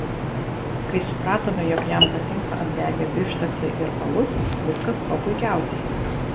kai supratome jog jam patinka apdegę bifšteksai ir alus viskas kuo puikiausiai